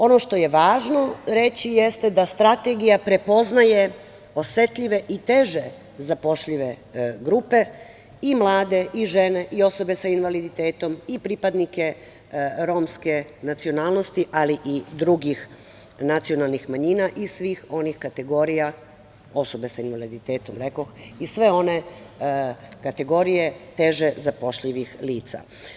Ono što je važno reći jeste da strategija prepoznaje osetljive i teže zapošljive grupe i mlade, i žene, i osobe sa invaliditetom, i pripadnike romske nacionalnosti, ali i drugih nacionalnih manjina i sve one kategorije teže zapošljivih lica.